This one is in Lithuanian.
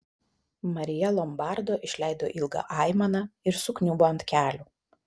marija lombardo išleido ilgą aimaną ir sukniubo ant kelių